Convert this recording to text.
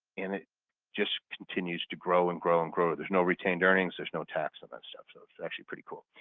and it just continues to grow and grow and grow. there's no retained earnings, earnings, there's no tax on that stuff so that's actually pretty cool.